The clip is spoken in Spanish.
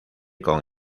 con